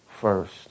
First